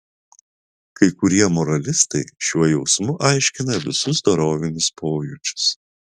kai kurie moralistai šiuo jausmu aiškina visus dorovinius pojūčius